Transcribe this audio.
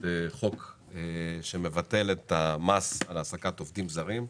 חוק שמבטל את המס על העסקת עובדים זרים,